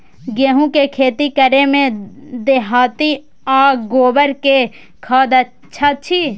गेहूं के खेती करे में देहाती आ गोबर के खाद अच्छा छी?